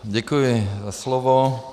Děkuji za slovo.